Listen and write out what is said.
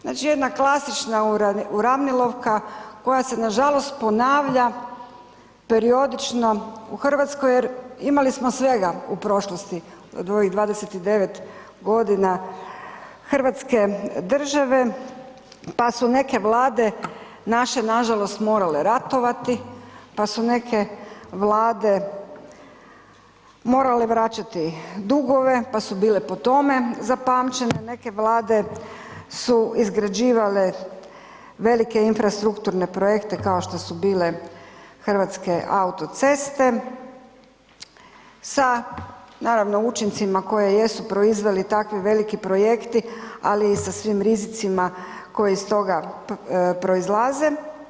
Znači jedna klasična uravnilovka koja se nažalost ponavlja periodično u Hrvatskoj jer imali smo svega u prošlosti od ovih 29 g. hrvatske države pa su neke Vlade naše nažalost morale ratovati, pa su neke Vlade morale vraćati dugove pa su bile po tome zapamćene, neke Vlade su izgrađivale velike infrastrukturne projekte kao što su bile Hrvatske autoceste sa naravno učincima koje jesu proizveli tako veliki projekti ali i sa svim rizicima koji iz toga proizlaze.